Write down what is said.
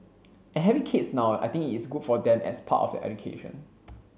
and having kids now I think it is good for them as part of their education